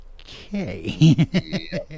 Okay